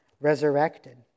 resurrected